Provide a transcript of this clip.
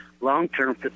long-term